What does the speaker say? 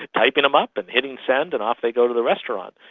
typing them up and hitting send and off they go to the restaurant.